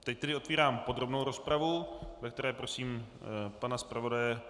Teď tedy otvírám podrobnou rozpravu, ve které prosím pana zpravodaje.